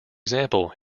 example